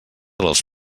dels